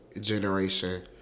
generation